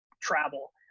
travel